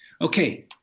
Okay